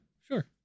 sure